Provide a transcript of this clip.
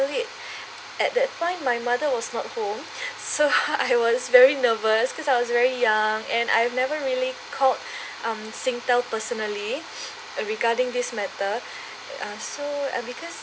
it at that point my mother was not home so I was very nervous because I was very young and I have never really called um Singtel personally uh regarding this matter uh so ah because